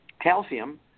calcium